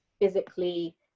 physically